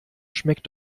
schmeckt